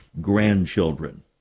grandchildren